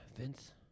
Vince